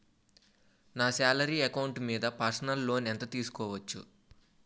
నా salary account మీద personal loan ఎంత తీసుకోవచ్చు?